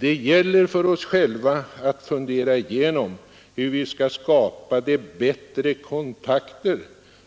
Det gäller för oss själva att fundera igenom hur vi skall skapa de bättre kontakter